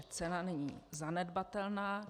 Cena není zanedbatelná.